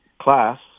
class